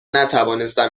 نتوانستم